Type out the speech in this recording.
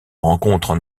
rencontrent